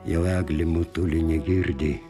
jau eglė motulė negirdi